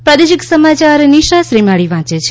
પ્રાદેશિક સમાયાર નિશા શ્રીમાળી વાંચે છે